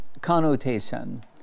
connotation